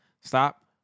Stop